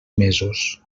mesos